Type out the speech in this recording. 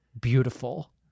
beautiful